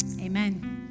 Amen